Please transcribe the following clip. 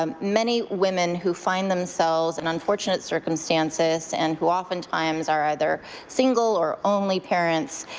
um many women who find themselves in unfortunate circumstances and who often times are either single or only parents,